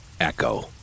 Echo